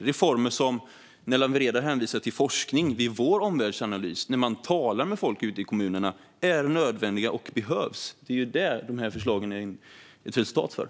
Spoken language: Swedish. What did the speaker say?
Lawen Redar hänvisar till forskning, och det här är reformer som enligt vår omvärldsanalys, när vi talat med folk ute i kommunerna, är nödvändiga och behövs. Det är det som de här förslagen är ett resultat av.